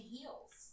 Heels